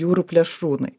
jūrų plėšrūnai